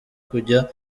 kujya